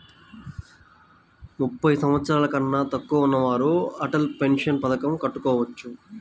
ముప్పై సంవత్సరాలకన్నా తక్కువ ఉన్నవారు అటల్ పెన్షన్ పథకం కట్టుకోవచ్చా?